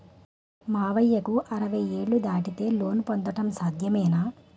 మామయ్యకు అరవై ఏళ్లు దాటితే లోన్ పొందడం సాధ్యమేనా?